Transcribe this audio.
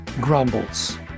grumbles